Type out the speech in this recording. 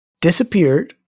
disappeared